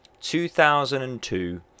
2002